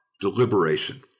deliberation